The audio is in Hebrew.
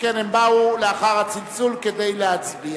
שכן הם באו לאחר הצלצול כדי להצביע.